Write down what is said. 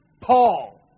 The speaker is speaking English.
paul